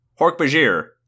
Hork-Bajir